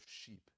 sheep